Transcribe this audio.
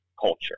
culture